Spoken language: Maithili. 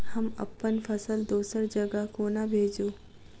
हम अप्पन फसल दोसर जगह कोना भेजू?